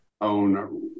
own